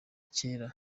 cyera